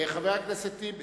מה יש להפקיע?